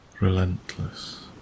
Relentless